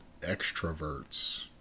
extroverts